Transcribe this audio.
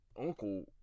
uncle